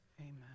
Amen